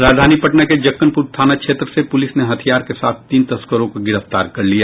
राजधानी पटना के जक्कनपुर थाना क्षेत्र से पुलिस ने हथियार के साथ तीन तस्करों को गिरफ्तार कर लिया